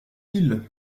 ils